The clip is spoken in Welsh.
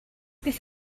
beth